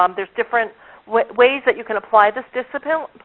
um there's different ways that you can apply this discipline,